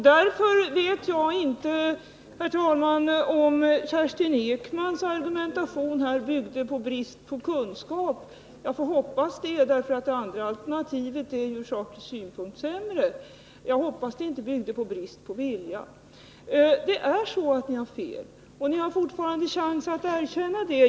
Därför vet jag inte, herr talman, om Kerstin Ekmans argumentation här grundade sig på bristande kunskap — jag får hoppas det, därför att det andra alternativet ur saklig synpunkt är sämre, Jag hoppas att den inte byggde på brist på vilja. Ni har fel, och ni har fortfarande chansen att erkänna det.